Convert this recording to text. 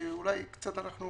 אולי קצת אנחנו